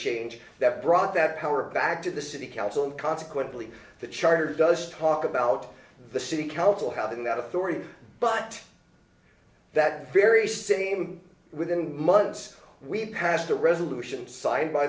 change that brought that power back to the city council and consequently the charter does talk about the city council how then that authority but that very same within months we passed a resolution signed by